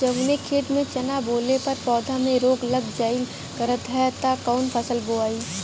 जवने खेत में चना बोअले पर पौधा में रोग लग जाईल करत ह त कवन फसल बोआई?